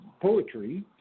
poetry